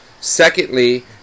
Secondly